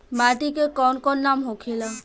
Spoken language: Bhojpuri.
माटी के कौन कौन नाम होखे ला?